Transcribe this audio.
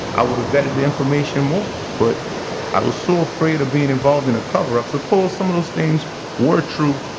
i would have vetted the information more. but i was so afraid of being involved in a cover-up. suppose some of those things were true,